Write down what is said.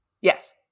Yes